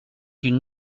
une